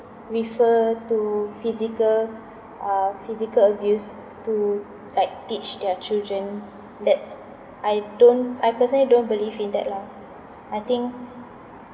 prefer to physical uh physical abuse to like teach their children that's I don't I personally don't believe in that lah I think